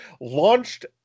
launched